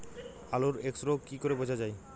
আলুর এক্সরোগ কি করে বোঝা যায়?